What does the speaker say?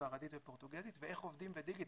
ספרדית ופורטוגזית ואיך עובדים בדיגיטל.